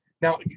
Now